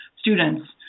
students